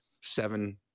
seven